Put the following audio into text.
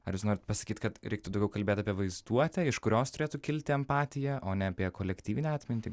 ar norit pasakyt kad reiktų daugiau kalbėt apie vaizduotę iš kurios turėtų kilti empatija o ne apie kolektyvinę atmintį